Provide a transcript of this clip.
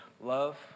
love